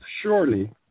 surely